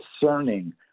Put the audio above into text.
discerning